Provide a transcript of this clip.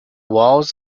walls